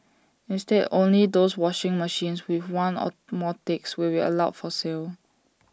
instead only those washing machines with one or more ticks will be allowed for sale